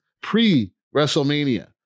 pre-wrestlemania